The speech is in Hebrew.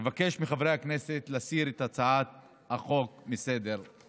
אבקש מחברי הכנסת להסיר את הצעת החוק מסדר-היום.